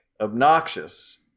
obnoxious